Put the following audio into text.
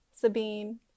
Sabine